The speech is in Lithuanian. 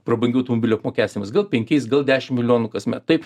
prabangių automobilių apmokestinimas gal penkiais gal dešim milijonų kasmet taip